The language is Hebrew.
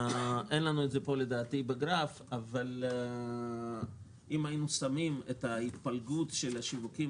אין לנו את זה פה לדעתי בגרף אבל אם היינו שמים את התפלגות השיווקים